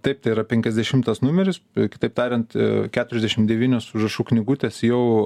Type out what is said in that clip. taip tai yra penkiasdešimtas numeris kitaip tariant keturiasdešim devynios užrašų knygutės jau